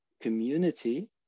community